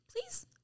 please